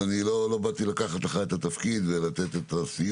אבל אני לא באתי לקחת לך את התפקיד ולתת את הסיום.